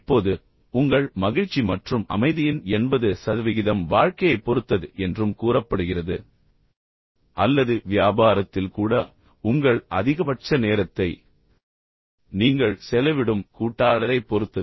இப்போது உங்கள் மகிழ்ச்சி மற்றும் அமைதியின் எண்பது சதவிகிதம் வாழ்க்கையைப் பொறுத்தது என்றும் கூறப்படுகிறது அல்லது வியாபாரத்தில் கூட உங்கள் அதிகபட்ச நேரத்தை நீங்கள் செலவிடும் கூட்டாளரைப் பொறுத்தது